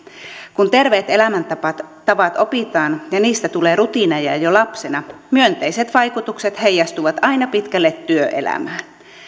kun terveet elämäntavat opitaan ja niistä tulee rutiineja jo lapsena myönteiset vaikutukset heijastuvat aina pitkälle työelämään